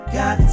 got